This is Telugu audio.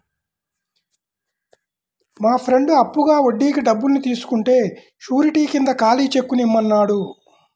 మా ఫ్రెండు అప్పుగా వడ్డీకి డబ్బుల్ని తీసుకుంటే శూరిటీ కింద ఖాళీ చెక్కుని ఇమ్మన్నాడు